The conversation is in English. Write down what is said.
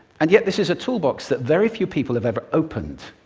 and yet this is a toolbox that very few people have ever opened.